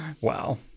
Wow